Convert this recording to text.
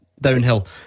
Downhill